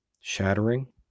shattering